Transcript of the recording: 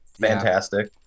Fantastic